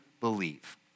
believe